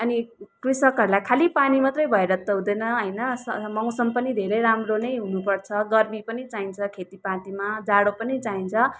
अनि कृषकहरूलाई खाली पानी मात्रै भएर त हुँदैन होइन मौसम पनि धेरै राम्रो नै हुनुपर्छ गर्मी पनि चाहिन्छ खेतीपातीमा जाडो पनि चाहिन्छ